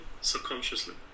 subconsciously